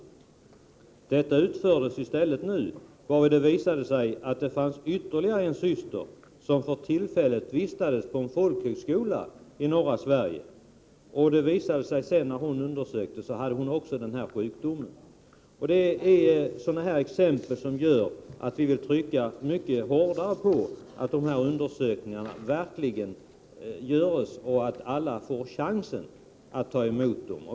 En sådan utfördes i stället nu, varvid det visade sig att det fanns ytterligare en syster som för tillfället vistades på en folkhögskola i norra Sverige. När hon undersökts visade det sig att hon också hade den här sjukdomen. Det är exempel som dessa som gör att vi vill trycka mycket hårdare på att dessa undersökningar verkligen görs och att alla få chans att genomgå dem.